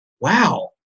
wow